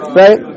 right